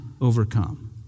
overcome